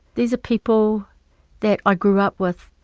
these are people that i grew up with.